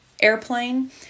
airplane